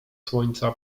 słońca